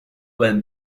when